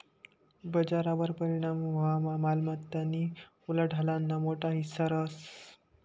बजारवर परिणाम व्हवामा मालमत्तानी उलाढालना मोठा हिस्सा रहास